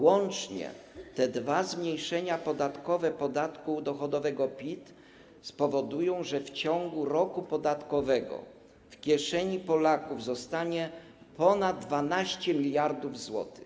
Łącznie te dwa zmniejszenia podatkowe podatku dochodowego PIT spowodują, że w ciągu roku podatkowego w kieszeni Polaków zostanie ponad 12 mln zł.